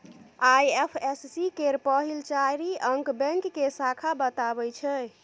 IFSC केर पहिल चारि अंक बैंक के शाखा बताबै छै